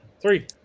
Three